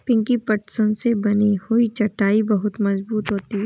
पिंकी पटसन से बनी हुई चटाई बहुत मजबूत होती है